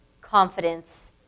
confidence